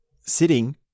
sitting